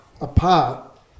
apart